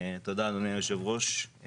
תודה, אדוני היושב-ראש.